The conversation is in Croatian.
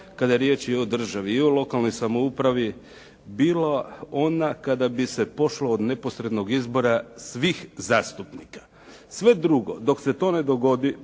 kada je riječ i o državi i o lokalnoj samoupravi bila ona kada bi se pošlo od neposrednog izbora svih zastupnika. Sve drugo, dok se to ne dogodi,